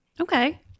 Okay